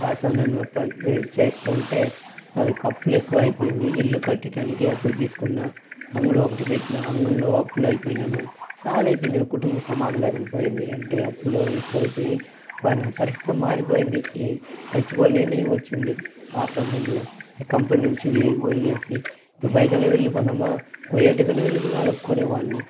ఆ సమయంలో పనిచేస్తూ ఉంటే అప్పులు ఎక్కువ అయిపోయింది ఇల్లు కట్టడానికి అప్పులు తీసుకున్న అంగడి ఒకటి పెట్టిన అంగడిలో అప్పులు అయిపోయాను సాలు అయిపోయింది కుటుంబ సమాధి లేకుండా పోయింది అంటే అప్పులు ఎక్కువ అయిపోయి పరి పరిస్థితి మారిపోయింది చచ్చిపోవాలని వచ్చింది ఆ సమయంలో కంపెనీ నుంచి వదిలేసి దుబాయ్ కన్నా వెళ్ళిపోదామా కువైట్ కన్నా వెళ్ళిపోదామా అడుక్కొని వాళ్ళని